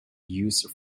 used